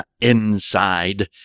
Inside